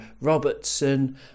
Robertson